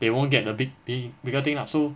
they won't get a big thing bigger thing ah so